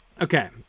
Okay